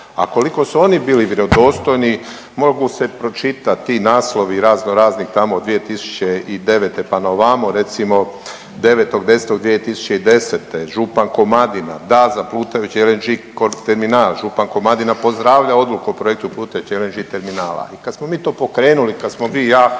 A koliko su oni bili vjerodostojni mogu se pročitati naslovi raznorazni tamo 2009. pa na ovamo recimo 9.10.2010. župan Komadina „Da za plutajući LNG“ „… župan Komadina pozdravlja odluku o projektu plutajućeg LNG terminala“ i kad smo i to pokrenuli i kad smo vi i ja